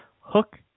hook